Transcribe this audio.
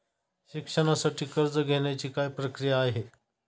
शिक्षणासाठी कर्ज घेण्याची काय प्रक्रिया आहे?